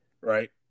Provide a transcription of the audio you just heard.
Right